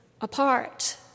apart